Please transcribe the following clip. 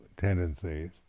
tendencies